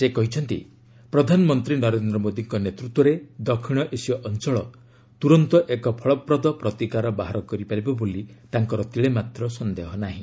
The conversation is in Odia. ସେ କହିଛନ୍ତି ପ୍ରଧାନମନ୍ତ୍ରୀ ନରେନ୍ଦ୍ର ମୋଦୀଙ୍କ ନେତୃତ୍ୱରେ ଦକ୍ଷିଣ ଏସୀୟ ଅଞ୍ଚଳ ତ୍ରରନ୍ତ ଏକ ଫଳପ୍ରଦ ପ୍ରତିକାର ବାହାର କରିପାରିବ ବୋଲି ତାଙ୍କର ତିଳେମାତ୍ର ସନ୍ଦେହ ନାହିଁ